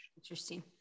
Interesting